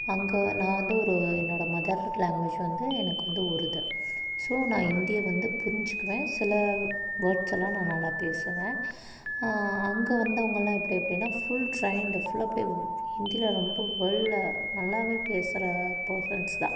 அங்கே நான் வந்து ஒரு என்னோடய மதர் லாங்குவேஜ் வந்து எனக்கு வந்து உருது ஸோ நான் ஹிந்தியை வந்து புரிஞ்சிக்குவேன் சில வே வேர்ட்ஸ்லாம் நான் நல்லா பேசுவேன் அங்கே வந்து அவங்கெல்லாம் எப்படி அப்படினா ஃபுல் ட்ரெய்ன்டு ஃபுல்லாக அப்படியே ஹிந்தியில ரொம்ப வெல் நல்லாவே பேசுகிற பர்சன்ஸ் தான்